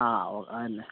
ആ ഓ അതുതന്നെ